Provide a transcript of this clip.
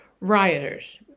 rioters